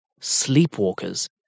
sleepwalkers